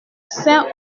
saint